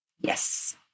yes